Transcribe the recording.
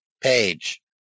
Page